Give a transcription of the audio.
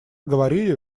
говорили